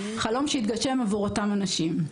חלום שהתגשם עבור אותם אנשים.